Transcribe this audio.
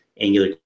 Angular